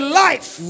life